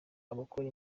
abakora